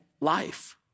life